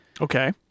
Okay